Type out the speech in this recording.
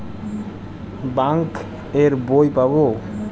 Bank এর বই পাবো?